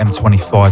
M25